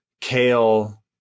kale